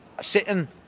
sitting